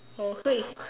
oh so he